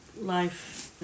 life